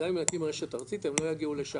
גם אם נקים רשת ארצית הם לא יגיעו לשם,